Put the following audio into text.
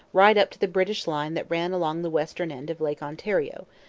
right up to the british line that ran along the western end of lake ontario,